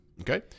okay